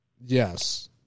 Yes